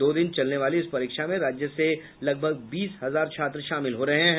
दो दिन चलने वाली इस परीक्षा में राज्य से लगभग बीस हजार छात्र शामिल हो रहे हैं